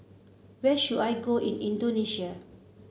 where should I go in Indonesia